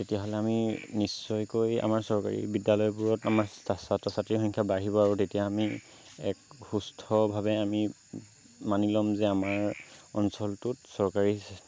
তেতিয়াহ'লে আমি নিশ্চয়কৈ আমাৰ চৰকাৰী বিদ্য়ালয়বোৰত আমাৰ ছাত্ৰ ছাত্ৰীৰ সংখ্য়া বাঢ়িব আৰু তেতিয়া আমি এক সুস্থভাৱে আমি মানি ল'ম যে আমাৰ অঞ্চলটোত চৰকাৰী